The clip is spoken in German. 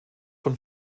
von